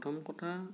প্ৰথম কথা